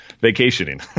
vacationing